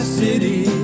city